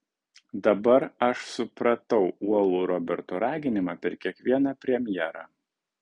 dabar aš supratau uolų roberto raginimą per kiekvieną premjerą